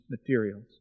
materials